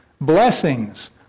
blessings